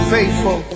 Faithful